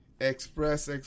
Express